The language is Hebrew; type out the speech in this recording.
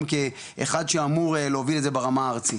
כאחד שאמור להוביל את זה ברמה הארצית.